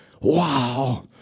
Wow